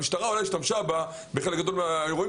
המשטרה אולי השתמשה בה בחלק גדול מהאירועים